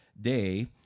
day